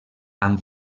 amb